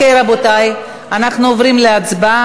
טוב, רבותי, אנחנו עוברים להצבעה.